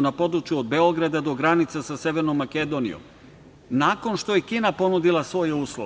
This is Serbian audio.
na području od Beograda do granice sa Severnom Makedonijom nakon što je Kina ponudila svoje uslove.